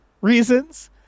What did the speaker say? reasons